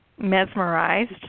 mesmerized